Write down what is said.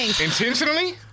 Intentionally